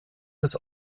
des